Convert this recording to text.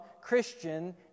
Christian